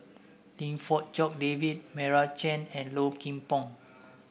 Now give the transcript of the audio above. Lim Fong Jock David Meira Chand and Low Kim Pong